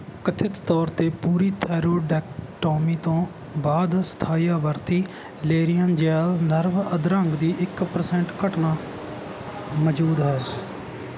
ਕਥਿਤ ਤੌਰ 'ਤੇ ਪੂਰੀ ਥਾਈਰੋਇਡੈਕਟੋਮੀ ਤੋਂ ਬਾਅਦ ਸਥਾਈ ਆਵਰਤੀ ਲੇਰੀਨਜਿਅਲ ਨਰਵ ਅਧਰੰਗ ਦੀ ਇੱਕ ਪਰਸੈਂਟ ਘਟਨਾ ਮੌਜੂਦ ਹੈ